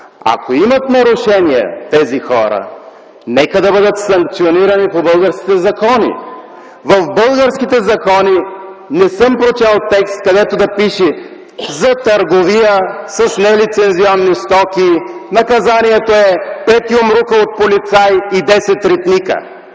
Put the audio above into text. Ако имат нарушения тези хора, нека бъдат санкционирани по българските закони. В българските закони не съм прочел текст, където да пише: „За търговия с нелицензионни стоки наказанието е пет юмрука от полицай и десет ритника”.